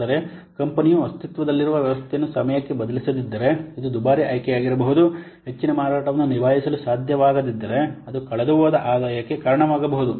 ಆದರೆ ಕಂಪನಿಯು ಅಸ್ತಿತ್ವದಲ್ಲಿರುವ ವ್ಯವಸ್ಥೆಯನ್ನು ಸಮಯಕ್ಕೆ ಬದಲಿಸದಿದ್ದರೆ ಇದು ದುಬಾರಿ ಆಯ್ಕೆಯಾಗಿರಬಹುದು ಹೆಚ್ಚಿದ ಮಾರಾಟವನ್ನು ನಿಭಾಯಿಸಲು ಸಾಧ್ಯವಾಗದಿದ್ದರೆ ಅದು ಕಳೆದುಹೋದ ಆದಾಯಕ್ಕೆ ಕಾರಣವಾಗಬಹುದು